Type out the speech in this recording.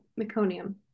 meconium